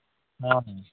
हाँ भैया